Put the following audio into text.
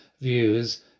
views